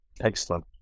excellent